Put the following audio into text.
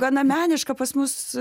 gana meniška pas mus